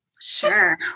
Sure